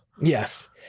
yes